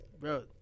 Bro